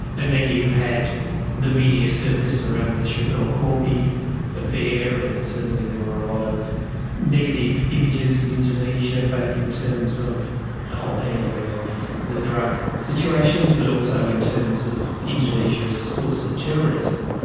and then you had the media circus around the schapelle corby affair, and certainly there were a lot of negative images of indonesia, both in terms of the whole handling of the drug situations but also in terms of indonesia as a source of terrorism,